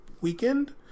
weekend